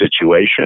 situation